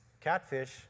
catfish